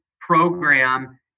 program